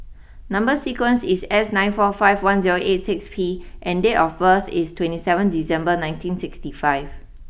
number sequence is S nine four five one zero eight six P and date of birth is twenty seven December nineteen sixty five